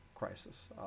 Crisis